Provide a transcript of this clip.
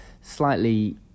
slightly